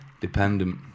Dependent